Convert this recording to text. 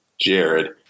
Jared